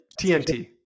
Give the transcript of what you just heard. TNT